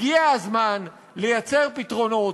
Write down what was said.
הגיע הזמן לייצר פתרונות,